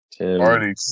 Already